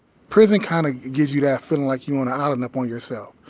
prison kind of gives you that feeling like you on an island up on yourself.